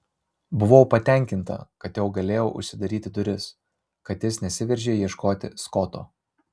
buvau patenkinta kad jau galėjau užsidaryti duris kad jis nesiveržė ieškoti skoto